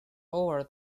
over